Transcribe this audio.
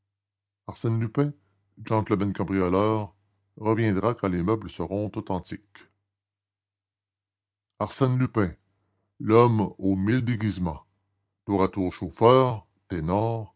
arsène lupin gentleman cambrioleur reviendra quand les meubles seront authentiques arsène lupin l'homme aux mille déguisements tour à tour chauffeur ténor